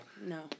No